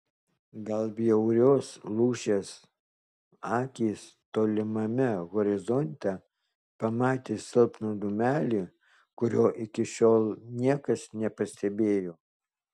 gal bjaurios lūšies akys tolimame horizonte pamatė silpną dūmelį kurio iki šiol niekas nepastebėjo